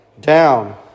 Down